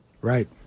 Right